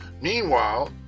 Meanwhile